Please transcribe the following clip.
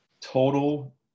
total